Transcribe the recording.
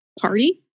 party